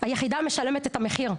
היחידה משלמת את המחיר,